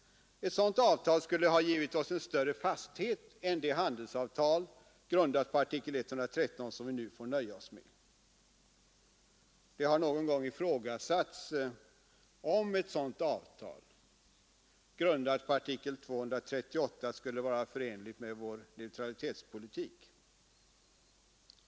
Ett sådant avtal skulle ha givit OSS en större fasthet än det handelsavtal, grundat på artikel 113, som vi nu får nöja oss med. Det har någon gång ifrågasatts om ett sådant avtal, grundat på artikel 238, skulle vara förenligt med vår neutralitetspolitik.